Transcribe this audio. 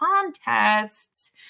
contests